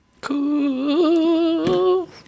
Cool